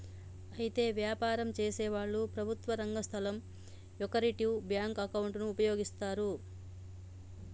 అయితే వ్యాపారం చేసేవాళ్లు ప్రభుత్వ రంగ సంస్థల యొకరిటివ్ బ్యాంకు అకౌంటును ఉపయోగిస్తారు